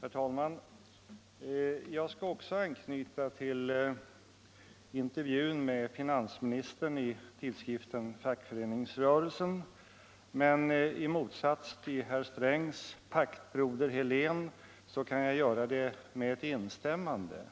Herr talman! Jag skall också anknyta till intervjun med finansministern i tidskriften Fackföreningsrörelsen, men i motsats till herr Strängs paktbroder herr Helén kan jag göra det med ett instämmande,